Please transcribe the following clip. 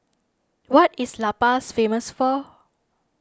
what is La Paz famous for